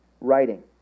writing